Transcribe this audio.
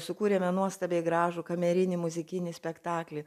sukūrėme nuostabiai gražų kamerinį muzikinį spektaklį